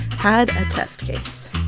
had a test case.